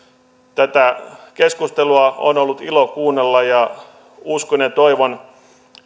tätä keskustelua on ollut ilo kuunnella ja uskon ja toivon